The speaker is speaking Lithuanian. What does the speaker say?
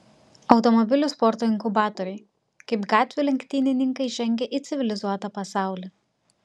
automobilių sporto inkubatoriai kaip gatvių lenktynininkai žengia į civilizuotą pasaulį